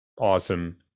awesome